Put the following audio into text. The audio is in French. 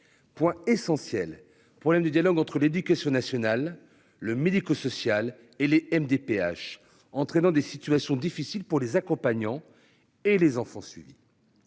Point essentiel problème du dialogue entre l'éducation nationale, le médico-social et les MDPH entraînant des situations difficiles pour les accompagnants et les enfants suivis.